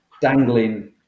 dangling